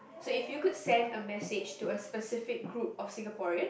so if you could send a message to a specific group of Singaporean